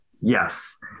yes